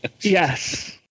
Yes